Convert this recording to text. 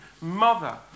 mother